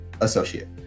associate